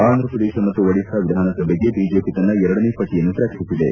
ಆಂಧ್ರಪ್ರದೇಶ ಮತ್ತು ಒಡಿಶಾ ವಿಧಾನಸಭೆಗೆ ಬಿಜೆಪಿ ತನ್ನ ಎರಡನೇ ಪಟ್ಟಿಯನ್ನು ಪ್ರಕಟಿಸಿದೆ